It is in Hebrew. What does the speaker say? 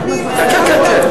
הכבאות.